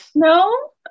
No